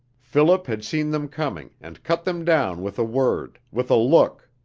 philip had seen them coming and cut them down with a word, with a look.